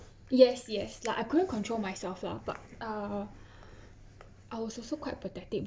yes yes like I couldn't control myself lah but ah I was also quite pathetic